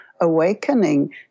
awakening